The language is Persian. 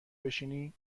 بشینی